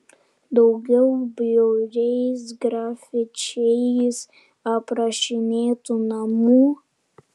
daugiau bjauriais grafičiais aprašinėtų namų